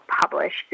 published